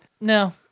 No